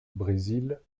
brésil